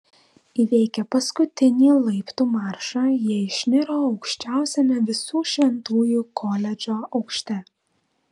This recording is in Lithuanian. įveikę paskutinį laiptų maršą jie išniro aukščiausiame visų šventųjų koledžo aukšte